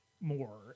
more